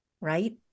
Right